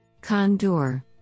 Condor